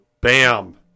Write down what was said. Bam